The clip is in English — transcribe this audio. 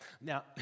Now